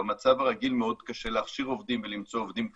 במצב הרגיל מאוד קשה להכשיר עובדים ולמצוא עובדים קיימים,